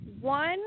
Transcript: one